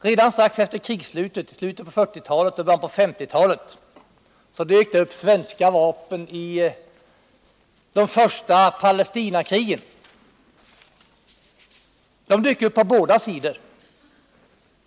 Redan strax efter krigsslutet, i slutet av 1940-talet och i början av 1950-talet, dök det upp svenska vapen i de första Palestinakrigen. De dök upp på båda sidor.